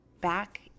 back